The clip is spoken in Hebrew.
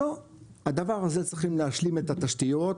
הדבר הזה צריכים להשלים את התשתיות,